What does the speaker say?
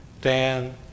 Dan